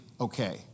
okay